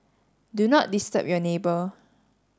do not disturb your neighbour